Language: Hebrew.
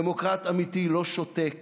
דמוקרט אמיתי לא שותק